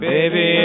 Baby